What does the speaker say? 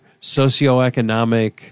socioeconomic